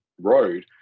road